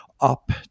up